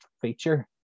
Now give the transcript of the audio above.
feature